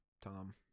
Tom